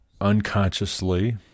unconsciously